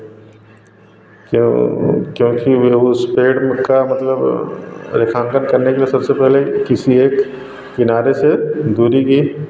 क्यों क्योंकि वह उस पेड़ में का मतलब रेखांकन करने के लिए सबसे पहले किसी एक किनारे से दूरी की